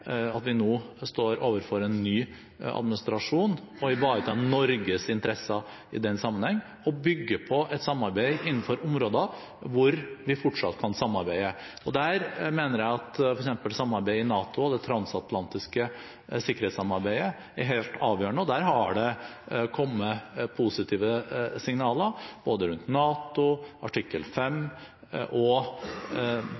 at vi nå står overfor en ny administrasjon – å ivareta Norges interesser i den sammenheng og bygge på et samarbeid innenfor områder hvor vi fortsatt kan samarbeide. Der mener jeg at f.eks. samarbeidet i NATO og det transatlantiske sikkerhetssamarbeidet er helt avgjørende, og det har kommet positive signaler både rundt NATO, artikkel